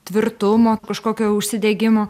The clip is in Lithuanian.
tvirtumo kažkokio užsidegimo